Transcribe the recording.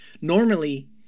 Normally